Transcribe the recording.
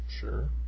Sure